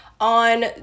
on